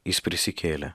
jis prisikėlė